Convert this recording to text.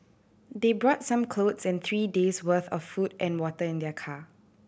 they brought some clothes and three days' worth of food and water in their car